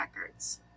records